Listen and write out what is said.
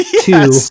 Two